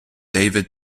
david